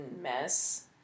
mess